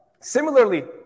similarly